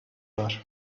var